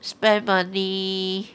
spend money